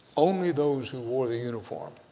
only those who wore the uniform